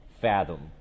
fathom